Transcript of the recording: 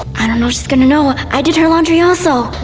i don't know if she's going to know. i did her laundry also.